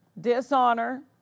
dishonor